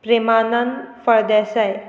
Premanand Phaldesai